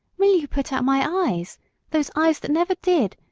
will you put out my eyes those eyes that never did,